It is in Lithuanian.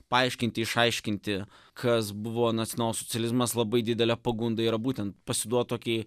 paaiškinti išaiškinti kas buvo nacionalsocializmas labai didelė pagunda yra būtent pasiduot tokį